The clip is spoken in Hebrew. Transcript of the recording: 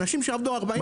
אנשים עבדו 40 שנה.